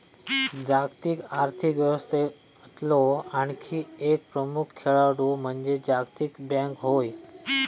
जागतिक आर्थिक व्यवस्थेतलो आणखी एक प्रमुख खेळाडू म्हणजे जागतिक बँक होय